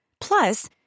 Plus